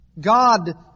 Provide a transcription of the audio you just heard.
God